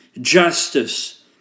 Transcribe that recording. justice